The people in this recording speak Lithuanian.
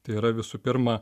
tai yra visų pirma